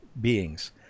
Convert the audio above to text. beings